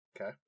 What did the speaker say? Okay